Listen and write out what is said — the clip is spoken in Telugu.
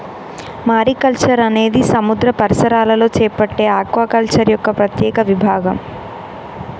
మారికల్చర్ అనేది సముద్ర పరిసరాలలో చేపట్టే ఆక్వాకల్చర్ యొక్క ప్రత్యేక విభాగం